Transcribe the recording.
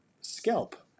Scalp